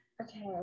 Okay